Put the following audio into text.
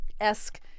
esque